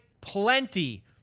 plenty